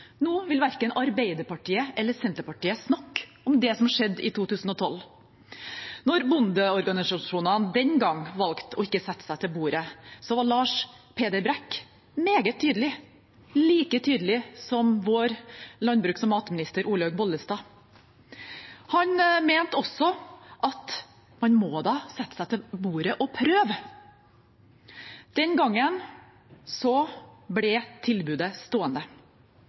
Nå vil verken Arbeiderpartiet eller Senterpartiet snakke om det som skjedde i 2012. Da bondeorganisasjonene den gang valgte å ikke sette seg til bordet, var Lars Peder Brekk meget tydelig, like tydelig som vår landbruks- og matminister Olaug Bollestad. Han mente også at man må da sette seg til bordet og prøve. Den gangen ble tilbudet stående.